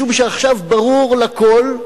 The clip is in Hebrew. משום שעכשיו ברור לכול,